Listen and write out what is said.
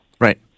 right